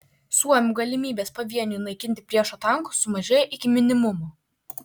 suomių galimybės pavieniui naikinti priešo tankus sumažėjo iki minimumo